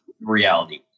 reality